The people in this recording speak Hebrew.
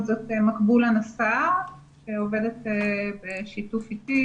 זאת מקבולה נאסר שעובדת בשיתוף איתי